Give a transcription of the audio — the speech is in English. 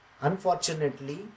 Unfortunately